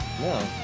No